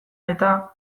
eta